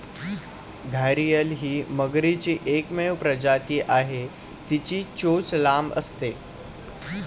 घारीअल ही मगरीची एकमेव प्रजाती आहे, तिची चोच लांब असते